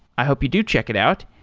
i hope you do check it out.